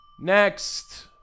Next